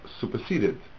superseded